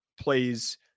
plays